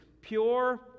pure